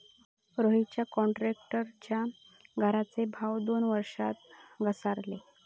रोहितच्या क्रॉन्क्रीटच्या घराचे भाव दोन वर्षात घसारले